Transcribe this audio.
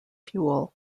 fuel